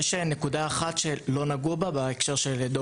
יש נקודה אחת שלא נגעו בה בהקשר של דור